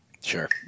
sure